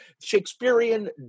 Shakespearean